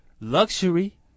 luxury